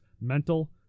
mental